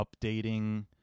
updating